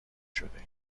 شدهایم